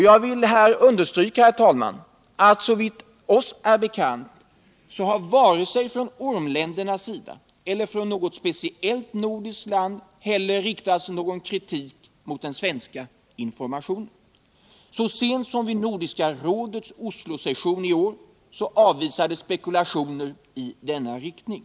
Jag vill här understryka, herr talman, att det, såvitt oss är bekant, varken från ormländernas sida eller från något speciellt nordiskt land riktats kritik mot den svenska informationen. Så sent som vid Nordiska rådets Oslosession i år avvisades spekulationer i denna riktning.